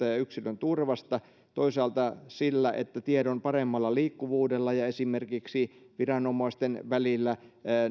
ja ja yksilönturvasta toisaalta siitä että tiedon paremmalla liikkuvuudella ja esimerkiksi viranomaisten välillä